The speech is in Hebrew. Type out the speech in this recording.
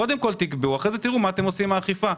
קודם כול תקבעו ואחרי זה תראו מה אתם עושים עם האכיפה.